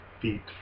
feet